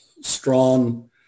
strong